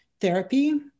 therapy